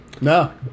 No